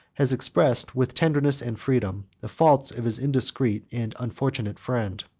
has expressed, with tenderness and freedom, the faults of his indiscreet and unfortunate friend.